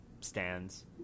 stands